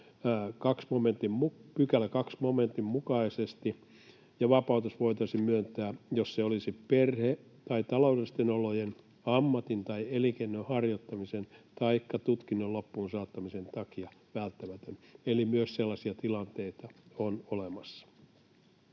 34 §:n 2 momentin mukaisesti, ja vapautus voitaisiin myöntää, jos se olisi perhe- tai taloudellisten olojen, ammatin tai elinkeinon harjoittamisen taikka tutkinnon loppuun saattamisen takia välttämätön. Eli myös sellaisia tilanteita on olemassa.